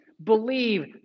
Believe